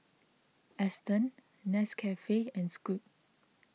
Astons Nescafe and Scoot